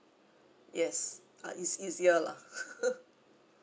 yes ah is easier lah